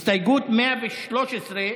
הסתייגות 113,